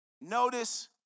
Notice